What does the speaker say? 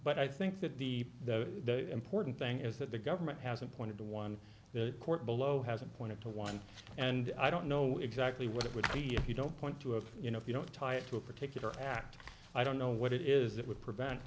but i think that the the important thing is that the government hasn't pointed to one the court below hasn't pointed to one and i don't know exactly what it would be if you don't point to a you know if you don't tie it to a particular act i don't know what it is that would prevent